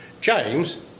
James